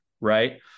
right